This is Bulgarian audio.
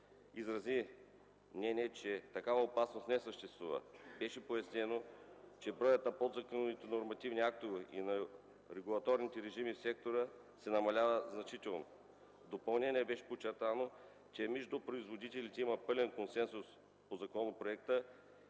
изрази мнение, че такава опасност не съществува. Беше пояснено, че броят на подзаконовите нормативни актове и на регулаторните режими в сектора се намалява значително. В допълнение беше подчертано, че между производителите има пълен консенсус по законопроекта